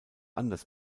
anders